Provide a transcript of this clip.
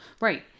Right